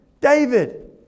David